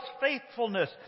faithfulness